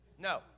No